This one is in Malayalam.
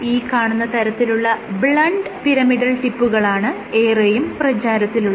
ഈ കാണുന്ന തരത്തിലുള്ള ബ്ലണ്ട് പിരമിടൽ ടിപ്പുകളാണ് ഏറെയും പ്രചാരത്തിലുള്ളത്